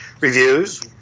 reviews